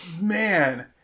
Man